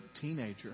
teenager